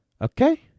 Okay